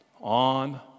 on